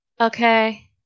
okay